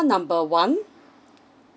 number one